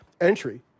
entry